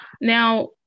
Now